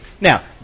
Now